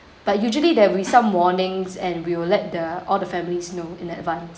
but usually there will be some warnings and we will let the all the families know in advance